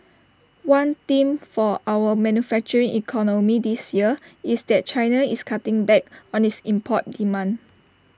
one theme for our manufacturing economy this year is that China is cutting back on its import demand